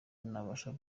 nabasha